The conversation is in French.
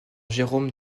jérôme